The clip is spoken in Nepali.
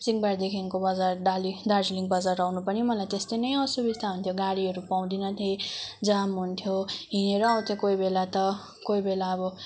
सिंहमारीदेखिन्को बजार डाली दार्जिलिङ बजार आउनु पनि मलाई त्यस्तै नै असुबिस्ता हुन्थ्यो गाडीहरू पाउँदिनँ थिएँ जाम हुन्थ्यो हिँडेरै आउँथेँ कोही बेला त कोही बेला अब